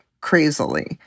crazily